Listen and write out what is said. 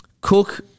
Cook